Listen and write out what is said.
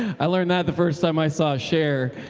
i learned that the first time i saw cher.